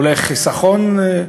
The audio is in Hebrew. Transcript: אולי חיסכון,